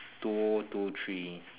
two two three